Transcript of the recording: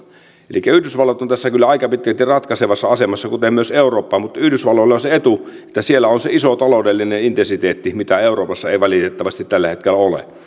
elikkä yhdysvallat on tässä kyllä aika pitkälti ratkaisevassa asemassa kuten myös eurooppa mutta yhdysvalloilla on se etu että siellä on se iso taloudellinen intensiteetti mitä euroopassa ei valitettavasti tällä hetkellä ole